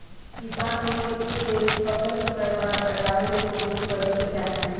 किसान लोग के एह बेरी फसल के पैदावार बढ़ावे के कोशिस करे के चाही